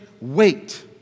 wait